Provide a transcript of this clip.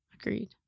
Agreed